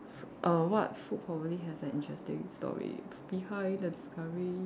err what food probably has an interesting story behind the discovery